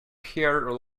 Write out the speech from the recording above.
there